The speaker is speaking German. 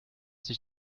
sich